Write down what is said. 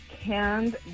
canned